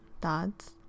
thoughts